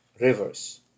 rivers